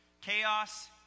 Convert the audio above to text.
chaos